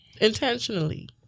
intentionally